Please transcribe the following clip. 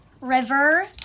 river